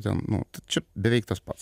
ten čia beveik tas pats